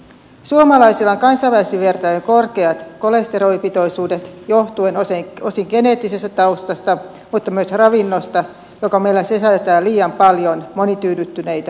suomalaisilla on kansainvälisesti vertaillen korkeat kolesterolipitoisuudet johtuen osin geneettisestä taustasta mutta myös ravinnosta joka meillä sisältää liian paljon monityydyttyneitä kovia rasvoja